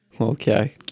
Okay